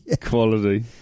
quality